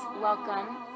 welcome